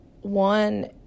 one